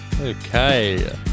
Okay